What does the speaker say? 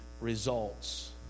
results